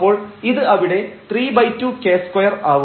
അപ്പോൾ ഇത് അവിടെ 32 k2 ആവും